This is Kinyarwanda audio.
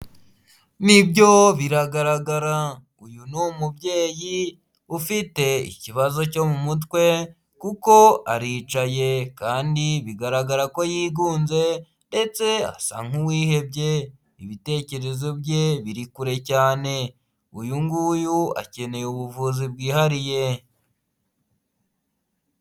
Nibyo biragaragara uyu ni umubyeyi ufite ikibazo cyo mu mutwe kuko aricaye kandi bigaragara ko yigunze ndetse asa nk'uwihebye, ibitekerezo bye biri kure cyane, uyu nguyu akeneye ubuvuzi bwihariye.